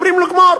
אומרים לו גמור.